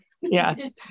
Yes